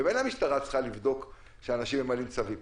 במילא המשטרה צריכה לבדוק שאנשים ממלאים צווים,